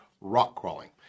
rock-crawling